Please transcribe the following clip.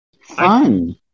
fun